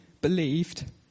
believed